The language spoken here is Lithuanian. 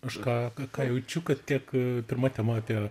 aš ką ką jaučiu kad tiek pirma tema apie